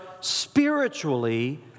spiritually